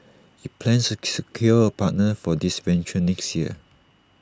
IT plans to secure A partner for this venture next year